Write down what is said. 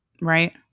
right